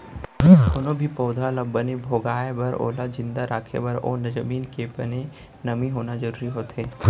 कोनो भी पउधा ल बने भोगाय बर ओला जिंदा राखे बर ओ जमीन के बने नमी होना जरूरी होथे